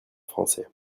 français